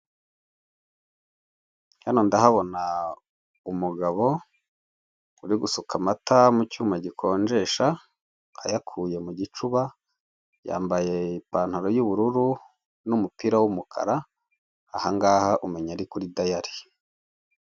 Hano ndahabona umugabo uri gusuka amata mu cyuma gikonjesha, ayakuye mu gicuba yambaye ipantaro y'ubururu, n'umupira w'umukara aha ngaha umenya ari kuri dayari.